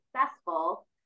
successful